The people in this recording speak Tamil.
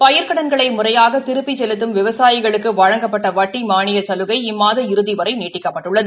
பயிர்க்கடன்களை முறையாக திருப்பிச் செல்லும் விவாசாயிகளுக்கு வழங்கப்பட்ட வட்டி மாளிய சலுகை இம்மாதம் இறுதி வரை நீட்டிக்கப்பட்டுள்ளது